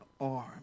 arm